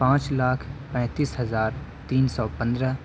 پانچ لاکھ پینتیس ہزار تین سو پندرہ